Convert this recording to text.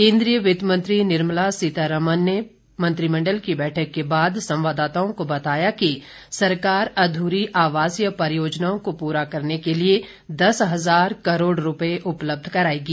केन्द्रीय वित्तमंत्री निर्मला सीतारामन ने मंत्रिमंडल की बैठक के बाद संवाददाताओं को बताया कि सरकार अध्री आवासीय परियोजनाओं को पूरा करने के लिए दस हजार करोड़ रुपए उपलब्ध कराएगी